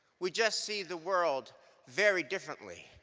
we just see the world very differently,